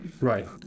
Right